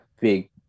big